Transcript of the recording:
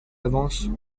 avance